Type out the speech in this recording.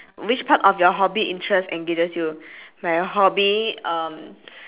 which part of your hobby interest and engages you my hobby um